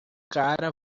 cara